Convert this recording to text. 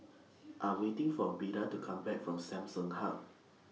I Am waiting For Beda to Come Back from Samsung Hub